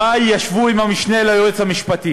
במאי ישבו עם המשנה ליועץ המשפטי